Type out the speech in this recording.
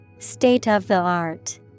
state-of-the-art